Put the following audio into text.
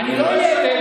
אני לא אהיה.